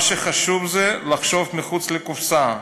מה שחשוב זה לחשוב מחוץ לקופסה,